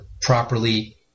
properly